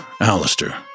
Alistair